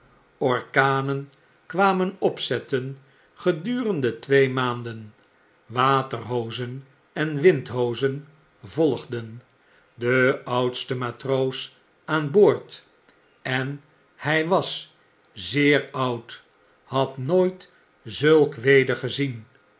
orkanen kwamen opzetten gedurende twee maanden waterhoozen en windhoozen volgden de oudste matroos aan boord en hg was zeer oud had nooit zulk weder gezien